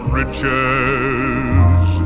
riches